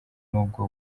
nubwo